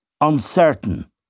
uncertain